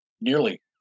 nearly